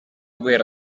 guhera